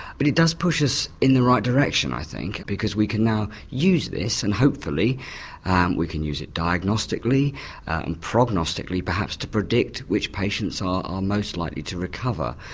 but it does push us in the right direction i think, because we can now use this and hopefully we can use it diagnostically and prognostically perhaps to predict which patients are most likely to recover.